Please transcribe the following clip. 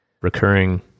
recurring